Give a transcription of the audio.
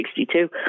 1962